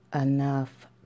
enough